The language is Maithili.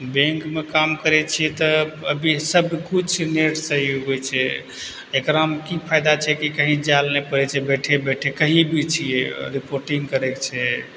बैंकमे काम करय छियै तऽ अभी सबकिछु नेटसँ ही होइ छै एकरामे की फायदा छै कि कहीं जाइ लए नहि पड़य छै बैठे बैठे कहीं भी छियै रिपोर्टिंग करयके छै